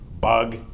bug